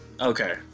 okay